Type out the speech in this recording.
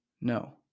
No